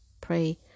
pray